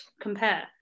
compare